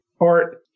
art